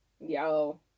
Yo